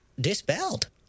dispelled